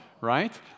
right